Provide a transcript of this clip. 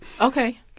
Okay